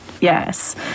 Yes